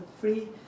free